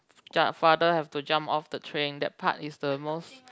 father have to jump off the train that part is the most